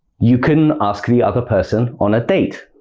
you can ask the other person on a date.